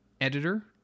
editor